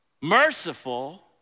merciful